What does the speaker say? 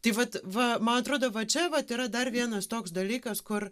tai vat va man atrodo va čia vat yra dar vienas toks dalykas kur